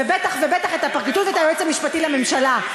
בטח ובטח את הפרקליטות ואת היועץ המשפטי לממשלה.